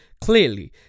Clearly